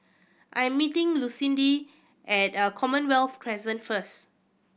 I'm meeting Lucindy at Commonwealth Crescent first